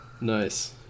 Nice